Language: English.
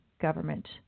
government